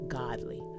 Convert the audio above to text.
godly